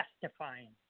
testifying